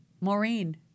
Maureen